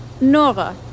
Nora